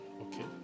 Okay